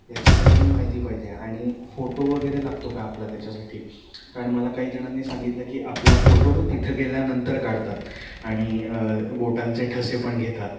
याची सगळी माहिती पाहिजे आणि फोटो वगैरे लागतो का आपला त्याच्यासाठी कारण मला काही जणांनी सांगितलं की आपला फोटो तिथं गेल्यानंतर काढतात आणि बोटांचे ठसे पण घेतात